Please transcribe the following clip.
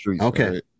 okay